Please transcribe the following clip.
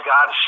God